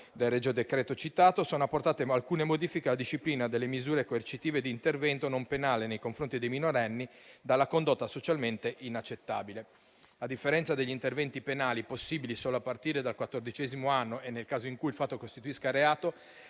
del regio decreto citato, sono apportate alcune modifiche alla disciplina delle misure coercitive di intervento non penale nei confronti dei minorenni dalla condotta socialmente inaccettabile. A differenza degli interventi penali possibili solo a partire dal quattordicesimo anno e nel caso in cui il fatto costituisca reato,